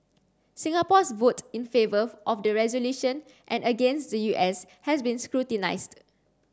Singapore's vote in favour of the resolution and against the U S has been scrutinised